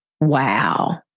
Wow